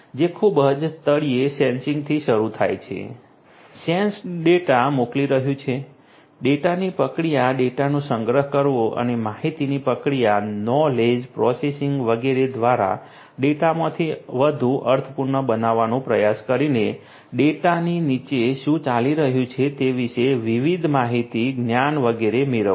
તે ખૂબ જ તળિયે સેન્સિંગથી શરૂ થાય છે સેન્સ્ડ ડેટા મોકલી રહ્યું છે ડેટાની પ્રક્રિયા ડેટાનો સંગ્રહ કરવો અને માહિતીની પ્રક્રિયા નોલેજ પ્રોસેસિંગ વગેરે દ્વારા ડેટામાંથી વધુ અર્થપૂર્ણ બનાવવાનો પ્રયાસ કરીને ડેટાની નીચે શું ચાલી રહ્યું છે તે વિશે વિવિધ માહિતી જ્ઞાન વગેરે મેળવવું